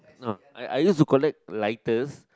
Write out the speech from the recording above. I I used to collect lighters